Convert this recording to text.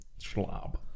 schlab